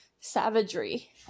savagery